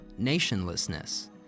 nationlessness